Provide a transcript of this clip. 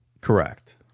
Correct